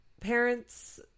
parents